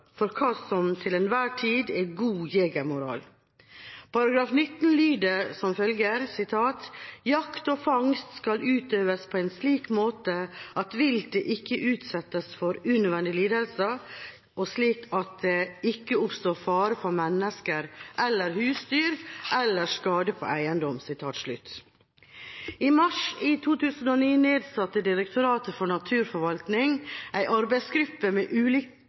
for hva som til enhver tid er god jegermoral. Paragraf 19 lyder som følger: «Jakt og fangst skal utøves på slik måte at viltet ikke utsettes for unødige lidelser og slik at det ikke oppstår fare for mennesker eller husdyr eller skade på eiendom.» I mars i 2009 nedsatte Direktoratet for naturforvaltning en arbeidsgruppe med